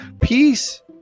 Peace